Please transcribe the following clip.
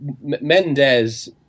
Mendes